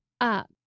up